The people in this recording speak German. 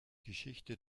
geschichte